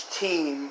team